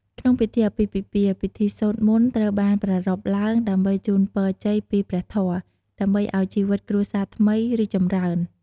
ក្នុងពិធីអាពាហ៍ពិពាហ៍ ពិធីសូត្រមន្តត្រូវបានប្រារព្ធឡើងដើម្បីជូនពរជ័យពីព្រះធម៌ ដើម្បីអោយជីវិតគ្រួសារថ្មីរីកចម្រើន